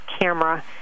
camera